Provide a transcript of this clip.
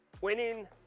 Winning